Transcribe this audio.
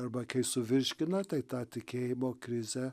arba kai suvirškina tai tą tikėjimo krizę